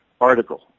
article